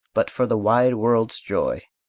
but for the wide world's joy.